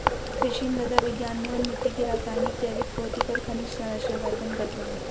कृषि मृदा विज्ञान में हम मिट्टी की रासायनिक, जैविक, भौतिक और खनिज सरंचना का अध्ययन करते हैं